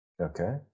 Okay